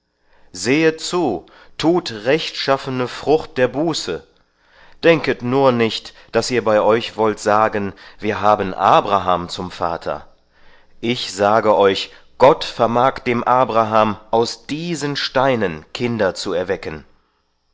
sehet zu tut rechtschaffene frucht der buße denket nur nicht daß ihr bei euch wollt sagen wir haben abraham zum vater ich sage euch gott vermag dem abraham aus diesen steinen kinder zu erwecken